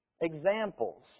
Examples